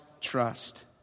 trust